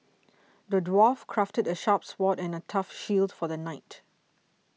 the dwarf crafted a sharp sword and a tough shield for the knight